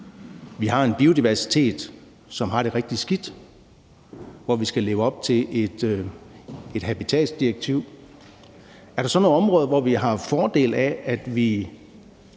Vi har en biodiversitet, som har det rigtig skidt, hvor vi skal leve op til et habitatsdirektiv. Er der så nogle områder, hvor vi har fordel af, at vi